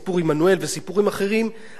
עדיין באמצע השנה,